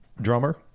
drummer